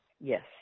Yes